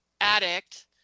addict